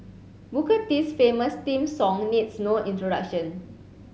Booker T's famous theme song needs no introduction